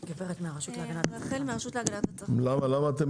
הרשות להגנת הצרכן.